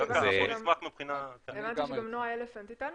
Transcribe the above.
כי הבנתי שגם נועה אלפנט איתנו.